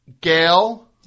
Gail